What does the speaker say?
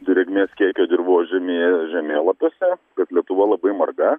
drėgmės kiekio dirvožemyje žemėlapiuose kad lietuva labai marga